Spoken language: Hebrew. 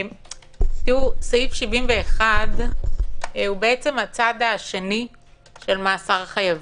תראו, סעיף 71 הוא בעצם הצד השני של מאסר חייבים.